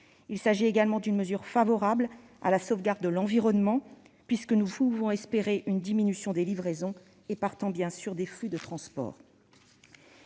Il s'agit également d'une mesure favorable à la sauvegarde de l'environnement puisque nous pouvons espérer une diminution des livraisons et, partant, des flux de transport.